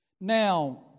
Now